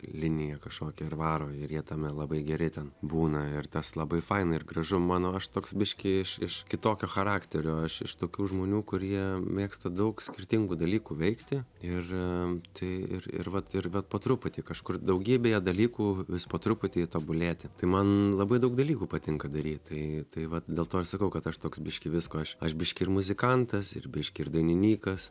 liniją kašokią ir varo ir jie tame labai geri ten būna ir tas labai faina ir gražu mano aš toks biškį aš iš kitokio charakterio aš iš tokių žmonių kurie mėgsta daug skirtingų dalykų veikti ir tai ir ir vat ir va po truputį kažkur daugybėje dalykų vis po truputį tobulėti tai man labai daug dalykų patinka daryt tai tai vat dėl to ir sakau kad aš toks biškį visko aš aš biškį ir muzikantas ir biški ir daininykas